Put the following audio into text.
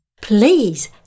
Please